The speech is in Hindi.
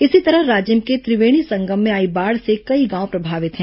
इसी तरह राजिम के त्रिवेणी संगम में आई बाढ़ से कई गांव प्रभावित हैं